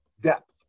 depth